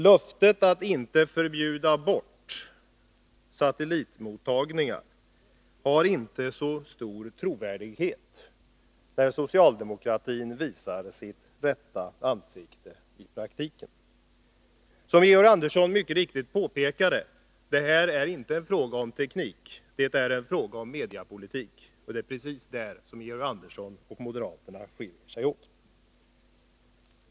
Löftet att inte förbjuda bort satellitmottagningar har inte så stor trovärdighet, när socialdemokratin i praktiken visar sitt rätta ansikte. Som Georg Andersson mycket riktigt påpekade är detta inte en fråga om teknik utan en fråga om mediepolitik — och det är precis där som Georg Andersson och moderaterna skiljer sig åt.